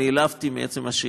נעלבתי מעצם השאלה,